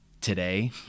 today